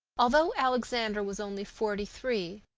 although alexander was only forty-three,